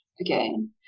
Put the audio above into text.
again